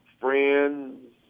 friends